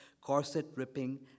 corset-ripping